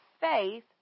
faith